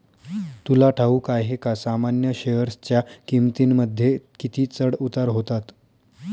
तुला ठाऊक आहे का सामान्य शेअरच्या किमतींमध्ये किती चढ उतार होतात